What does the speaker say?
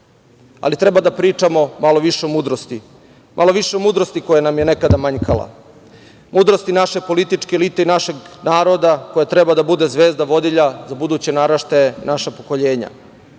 Ali, treba da pričamo malo više o mudrosti, o mudrosti koja nam je nekada manjkala, mudrosti naše političke elite i mudrosti našeg naroda, koja treba da bude zvezda vodilja za buduće naraštaje i naša pokoljenja. Nemojmo